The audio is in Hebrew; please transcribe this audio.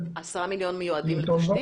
ה-10 מיליון השקלים מיועדים לתשתית?